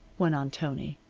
went on tony,